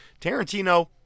Tarantino